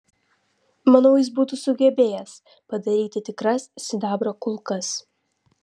manau jis būtų sugebėjęs padaryti tikras sidabro kulkas